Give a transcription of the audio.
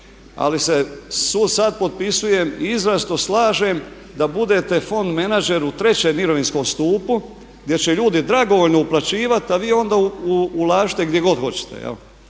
ali se sad potpisujem i izrazito slažem da budete fond menadžer u trećem mirovinskom stupu gdje će ljudi dragovoljno uplaćivati a vi onda ulažite gdje god hoćete.